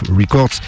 Records